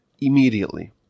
immediately